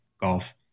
golf